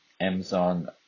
Amazon